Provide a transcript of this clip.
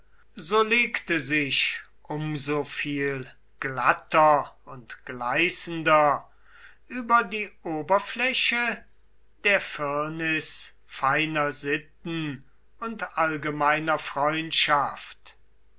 so legte sich um so viel glatter und gleißender über die oberfläche der firnis feiner sitten und allgemeiner freundschaft